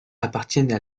appartiennent